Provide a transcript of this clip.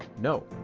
no,